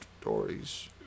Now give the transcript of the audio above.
stories